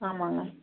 ஆமாங்க